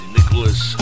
Nicholas